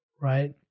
right